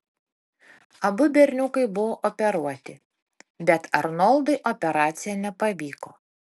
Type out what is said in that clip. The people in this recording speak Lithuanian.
abu berniukai buvo operuoti bet arnoldui operacija nepavyko